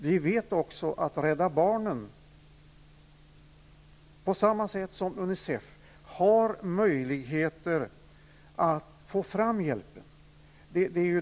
Vi vet att Rädda barnen, på samma sätt som Unicef, har möjligheter att få fram hjälpen.